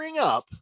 up